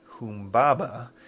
humbaba